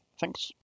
Thanks